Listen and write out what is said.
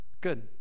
Good